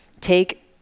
take